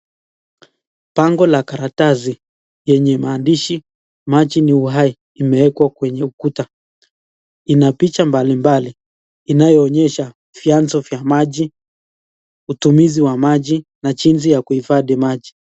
Bango la karatasi lenye mahandishi ,Maji ni uhai ,imeekwa kwenye ukuta. Ina picha mbalimbali inayoonyesha vyanzo vya utumizi wa maji na jinsi ya kuifadhi maji.